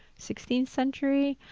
sixteenth century,